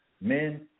Men